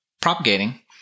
propagating